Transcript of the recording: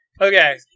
Okay